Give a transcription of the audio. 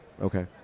Okay